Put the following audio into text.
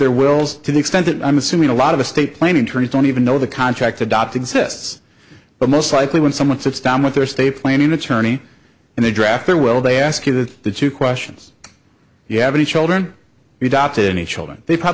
their wills to the extent that i'm assuming a lot of the state planning turns don't even know the contract adopt exists but most likely when someone sits down with their estate planning attorney and they draft their will they ask you that the two questions you have any children without any children they probably